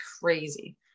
crazy